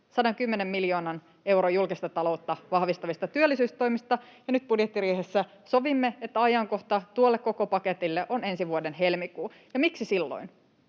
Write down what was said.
110 miljoonan euron julkista taloutta vahvistavista työllisyystoimista, ja nyt budjettiriihessä sovimme, että ajankohta tuolle koko paketille on ensi vuoden helmikuu. Ja miksi silloin?